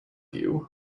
you